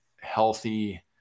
healthy